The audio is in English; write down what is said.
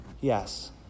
Yes